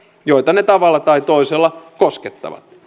joita ne tavalla tai toisella koskettavat